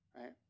right